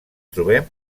trobem